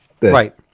Right